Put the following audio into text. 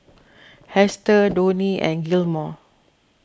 Hester Donnie and Gilmore